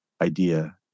idea